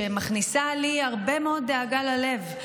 שמכניסה לי הרבה מאוד דאגה ללב.